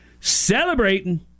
Celebrating